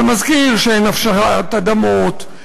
ומזכיר שאין הפשרת אדמות,